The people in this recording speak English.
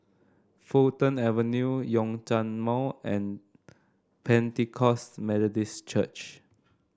Fulton Avenue Zhongshan Mall and Pentecost Methodist Church